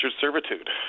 servitude